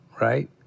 right